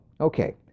Okay